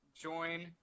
join